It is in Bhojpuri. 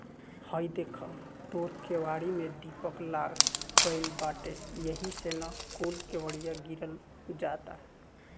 हइ देख तोर केवारी में दीमक लाग गइल बाटे एही से न कूल केवड़िया गिरल जाता